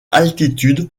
altitude